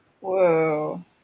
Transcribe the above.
Whoa